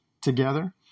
together